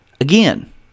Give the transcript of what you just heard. Again